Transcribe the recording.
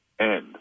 end